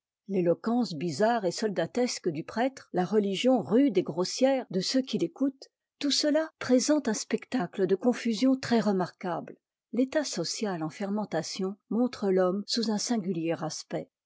l'éloquence bizarre et soldatesque du prêtre la religion rude et grossière de ceux qui l'écoutent tout cela présente un spectacle de confusion très-remarquable l'état social en fermentation montre l'homme sous un singulier aspect